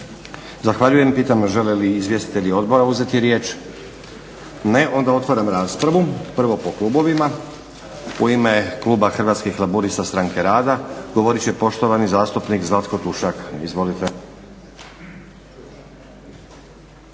Zahvaljujem. Pitam žele li izvjestitelji Odbora uzeti riječ? Ne. Onda otvaram raspravu. Prvo po klubovima. U ime kluba Hrvatskih laburista – stranke rada govorit će poštovani zastupnik Zlatko Tušak. Izvolite.